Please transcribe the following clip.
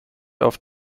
auf